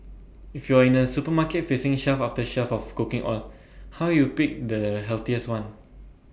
if you are in A supermarket facing shelf after shelf of cooking oil how do you pick the healthiest one